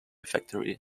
factory